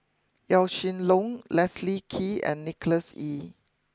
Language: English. Yaw Shin Leong Leslie Kee and Nicholas Ee